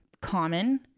common